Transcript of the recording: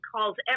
calls